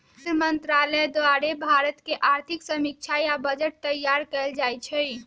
वित्त मंत्रालय द्वारे भारत के आर्थिक समीक्षा आ बजट तइयार कएल जाइ छइ